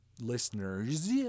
listeners